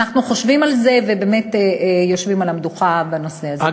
אנחנו חושבים על זה ובאמת אנחנו יושבים על המדוכה בנושא הזה.